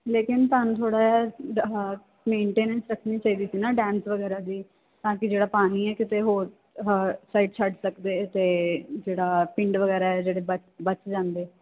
ਲੇਕਿਨ ਤੁਹਾਨੂੰ ਥੋੜ੍ਹਾ ਜਿਹਾ ਆਹ ਮੇਨਟੇਨੈਂਸ ਰੱਖਣੀ ਚਾਹੀਦੀ ਸੀ ਨਾ ਡੈਮਸ ਵਗੈਰਾ ਦੀ ਤਾਂ ਕਿ ਜਿਹੜਾ ਪਾਣੀ ਹੈ ਕਿਤੇ ਹੋਰ ਆਹ ਸਾਈਡ ਛੱਡ ਸਕਦੇ ਅਤੇ ਜਿਹੜਾ ਪਿੰਡ ਵਗੈਰਾ ਹੈ ਜਿਹੜੇ ਬਚ ਬਚ ਜਾਂਦੇ